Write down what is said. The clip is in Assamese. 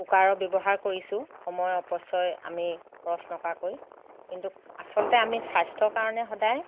কুকাৰৰ ব্যৱহাৰ কৰিছোঁ সময়ৰ অপচয় আমি খৰচ নকৰাকৈ কিন্তু আচলতে আমি স্বাস্থ্যৰ কাৰণে সদায়